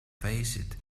faced